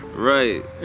Right